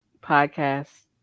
podcast